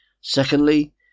Secondly